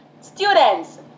Students